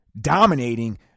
dominating